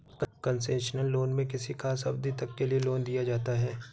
concessional loan में किसी खास अवधि तक के लिए लोन दिया जाता है